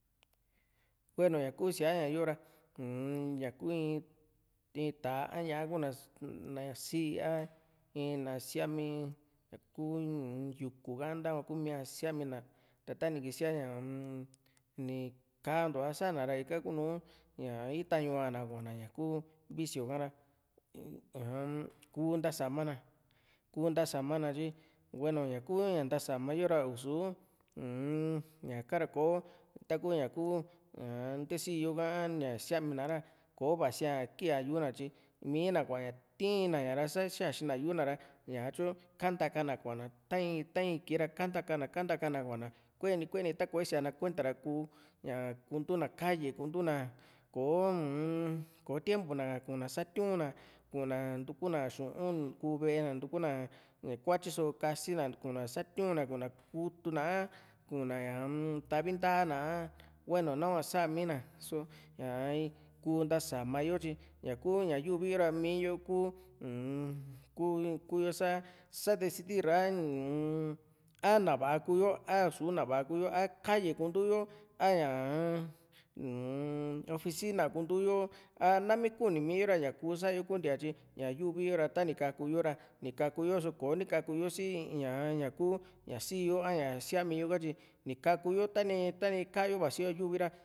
hueno ña kuu síaa ña´yo ra uun ñaku in tá´a a ñá´a kuna na sii a in na síami ñaku yuku ha a ntahua kuu mía síami na ta ta ni kísia ñaa ni kaantua sa´na ra ika kunu ñaa itañuu a´na kuana ña ku vicio ka´ra ñaa ku ntasama na ku ntasma na tyi hueno ña ku ntasam yo ra isu u-n ñaka ra kò´o taku ña ku nte sii´yo ka a ña síamina´ra kò´o vasi´a kea yu´u na tyi mii´na kua´na tii´na ña sá xaxi´n na yu´u na ra ñatyu kantaka na kua´na ta in ta in kii ra kantaka na kantaka na kua´na kueni kueni ta ko ni síaana kuenta ea ku ña kuntu na kalle kuntu na kò´o uu-n kò´o tiempu na ka kuuna satiu´n na kuna ntuku na xu´un ku ve´e na kuntukuna ña kuatyi só kasina kuna satiu´n na kuna kutu na a kuna ñaa-m tavi nta´a na a hueno nahua sami na só ña kuu ntasama yo tyi ñaku ña yuvi yó ra miiyo kú kú´yo sá sa decidir a uu-n a ná va´a kuu´yo a u´suna va´a ku´yo a kalle kuntu yo a ñaa-m uu-n oficina kuntu yo a nami kuni miyo ra ña kuu sa´yo kuntiña tyi ña yuvi yo ra tani ka´ku yo ra ni ka´ku yo só kò´o ni kaku yo si ñaa ñá ku ñá sii yo a ñá síami yotyi ni ka´ku yo tani tani ká yo vasi yo ña yuvi ra